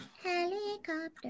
helicopter